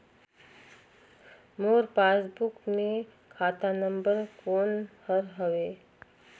मोर passbook मे खाता number कोन हर हवे?